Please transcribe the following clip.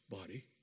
body